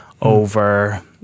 over